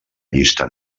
llista